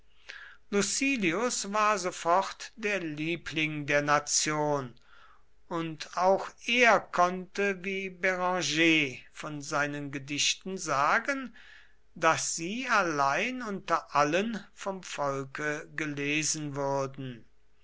lucilius war sofort der liebling der nation und auch er konnte wie branger von seinen gedichten sagen daß sie allein unter allen vom volke gelesen würden